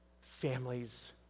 families